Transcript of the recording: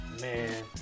man